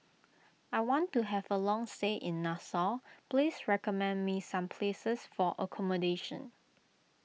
I want to have a long stay in Nassau please recommend me some places for accommodation